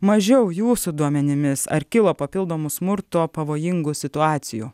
mažiau jūsų duomenimis ar kilo papildomų smurto pavojingų situacijų